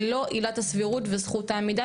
ללא עילת הסבירות וזכות העמידה,